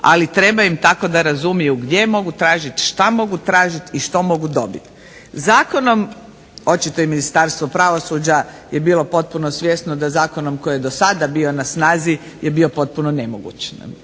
Ali, treba im tako da razumiju gdje je mogu tražiti, što mogu tražiti i što mogu dobiti. Zakonom, očito i Ministarstvo pravosuđa je bilo potpuno svjesno da zakonom koji je dosada bio na snazi je bio potpuno nemoguć.